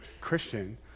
Christian